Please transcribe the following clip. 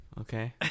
Okay